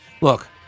Look